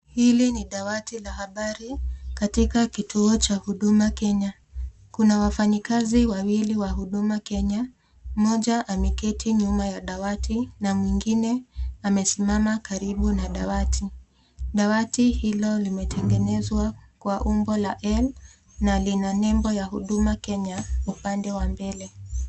Hili ni dawati la habari katika kituo cha huduma Kenya , kuna wafanyikazi wawili wa huduma Kenya, mmoja ameketi nyuma ya dawati na mwingine amesimama karibu na dawati , dawati hilo limetengenezwa kwa umbo la L na lina nembo ya huduma Kenya upande wa mbele.